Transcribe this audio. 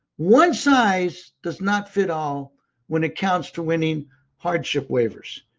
one size does not fit all when it comes to winning hardship waivers.